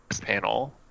panel